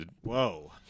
Whoa